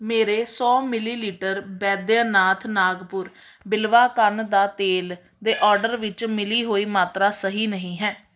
ਮੇਰੇ ਸੌ ਮਿਲੀਲੀਟਰ ਬੈਦਿਆਨਾਥ ਨਾਗਪੁਰ ਬਿਲਵਾ ਕੰਨ ਦਾ ਤੇਲ ਦੇ ਔਡਰ ਵਿੱਚ ਮਿਲੀ ਹੋਈ ਮਾਤਰਾ ਸਹੀ ਨਹੀਂ ਹੈ